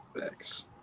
Thanks